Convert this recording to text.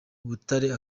butare